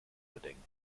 bedenken